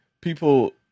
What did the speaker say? people